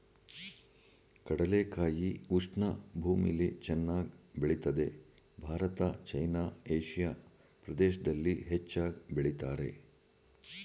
ಕಡಲೆಕಾಯಿ ಉಷ್ಣ ಭೂಮಿಲಿ ಚೆನ್ನಾಗ್ ಬೆಳಿತದೆ ಭಾರತ ಚೈನಾ ಏಷಿಯಾ ಪ್ರದೇಶ್ದಲ್ಲಿ ಹೆಚ್ಚಾಗ್ ಬೆಳಿತಾರೆ